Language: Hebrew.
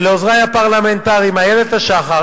ולעוזרי הפרלמנטריים איילת השחר,